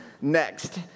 next